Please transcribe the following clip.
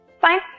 Fine